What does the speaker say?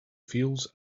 fields